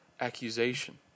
accusation